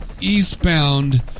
eastbound